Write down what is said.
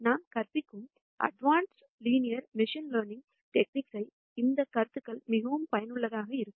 நாம் கற்பிக்கும் மேம்பட்ட மெஷின் லேர்னிங் நுட்பங்களில் அந்த கருத்துக்கள் மிகவும் பயனுள்ளதாக இருக்கும்